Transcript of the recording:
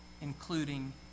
Including